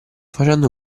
facendo